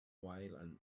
while